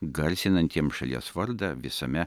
garsinantiems šalies vardą visame